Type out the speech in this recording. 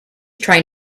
trying